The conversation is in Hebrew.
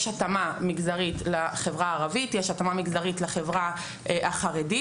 יש התאמה מגזרית לחברה הערבית ויש התאמה מגזרית לחברה החרדית,